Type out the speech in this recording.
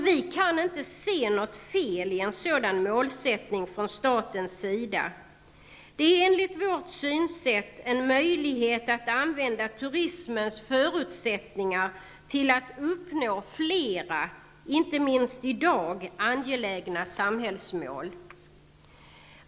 Vi kan inte se något fel i en sådan målsättning från statens sida. Det är enligt vårt synsätt en möjlighet att använda turismens förutsättningar till att uppnå flera, inte minst i dag, angelägna samhällsmål.